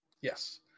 yes